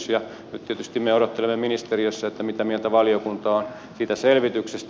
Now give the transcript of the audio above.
nyt tietysti me odottelemme ministeriössä mitä mieltä valiokunta on siitä selvityksestä